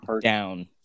down